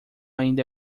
ainda